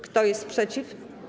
Kto jest przeciw?